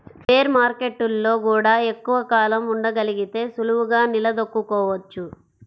bear మార్కెట్టులో గూడా ఎక్కువ కాలం ఉండగలిగితే సులువుగా నిలదొక్కుకోవచ్చు